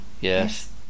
Yes